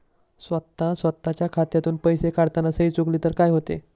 स्वतः स्वतःच्या खात्यातून पैसे काढताना सही चुकली तर काय होते?